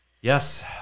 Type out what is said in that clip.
Yes